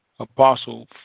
Apostle